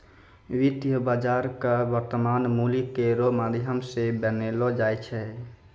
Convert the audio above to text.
वित्तीय बाजार क वर्तमान मूल्य केरो माध्यम सें बनैलो जाय छै